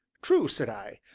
true, said i,